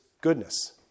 goodness